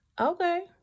Okay